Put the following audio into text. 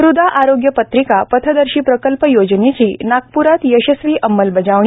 मृदा आरोग्य पत्रिका पथदर्शी प्रकल्प योजनेची नागप्रात यशस्वी अंमलबजावणी